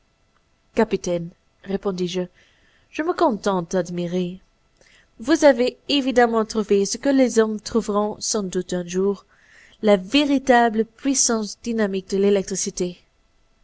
capitaine répondis-je je me contente d'admirer vous avez évidemment trouvé ce que les hommes trouveront sans doute un jour la véritable puissance dynamique de l'électricité